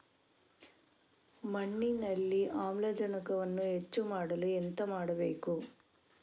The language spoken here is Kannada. ಮಣ್ಣಿನಲ್ಲಿ ಆಮ್ಲಜನಕವನ್ನು ಹೆಚ್ಚು ಮಾಡಲು ಎಂತ ಮಾಡಬೇಕು?